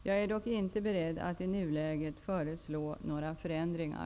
Jag är dock inte beredd att i nuläget föreslå några förändringar.